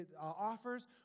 offers